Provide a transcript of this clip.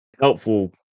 helpful